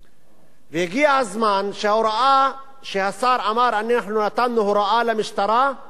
והגיע הזמן שההוראה שהשר אמר: אנחנו נתנו הוראה למשטרה לא להתערב